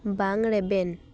ᱵᱟᱝ ᱨᱮᱵᱮᱱ